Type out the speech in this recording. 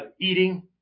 eating